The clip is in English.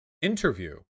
interview